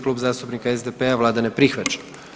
Klub zastupnika SDP-a, Vlada ne prihvaća.